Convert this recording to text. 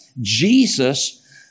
Jesus